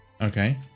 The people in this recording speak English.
Okay